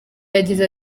yagize